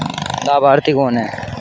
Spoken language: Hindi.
लाभार्थी कौन है?